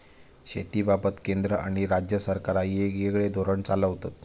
शेतीबाबत केंद्र आणि राज्य सरकारा येगयेगळे धोरण चालवतत